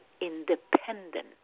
independent